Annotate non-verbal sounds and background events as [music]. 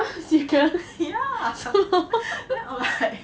[laughs] ya then I am like